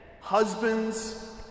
Husbands